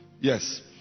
Yes